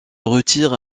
retire